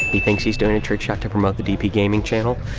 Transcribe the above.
he thinks he's doing a trick shot to promote the dp gaming channel.